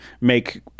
make